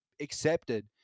accepted